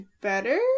better